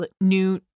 new